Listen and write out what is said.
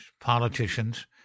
politicians